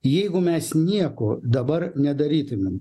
jeigu mes nieko dabar nedarytumėm